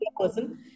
person